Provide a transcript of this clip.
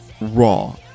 raw